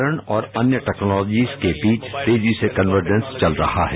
प्रसारण और अन्य टैक्नोलॉजिस के बीच तेजी से कन्वर्णन्स चल रहा है